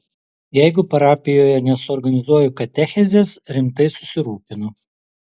jeigu parapijoje nesuorganizuoju katechezės rimtai susirūpinu